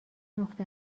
نقطه